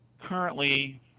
currently